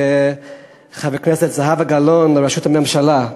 בחברת הכנסת זהבה גלאון לראשות הממשלה.